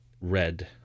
red